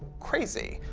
crazy,